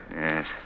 Yes